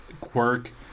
quirk